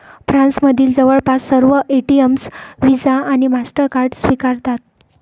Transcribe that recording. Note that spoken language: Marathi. फ्रान्समधील जवळपास सर्व एटीएम व्हिसा आणि मास्टरकार्ड स्वीकारतात